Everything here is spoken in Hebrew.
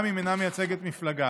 גם אם אינה מייצגת מפלגה,